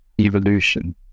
evolution